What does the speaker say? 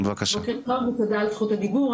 תודה על זכות הדיבור,